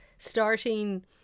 Starting